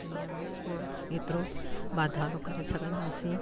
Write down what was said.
दुनिया में कोनि एतिरो वाधारो करे सघंदासीं